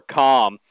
calm